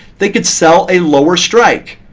they could sell a lower strike.